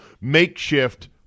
makeshift